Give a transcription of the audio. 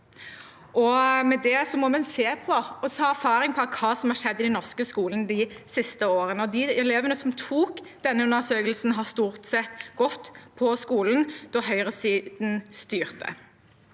med det må vi se på og ta erfaring fra hva som har skjedd i den norske skolen de siste årene. De elevene som tok denne undersøkelsen, har stort sett gått på skolen mens høyresiden styrte.